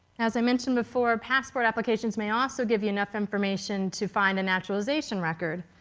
as i mentioned before, passport applications may also give you enough information to find a naturalization record.